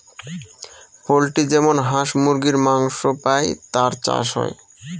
poultry যেমন হাঁস মুরগীর মাংস পাই তার চাষ হয়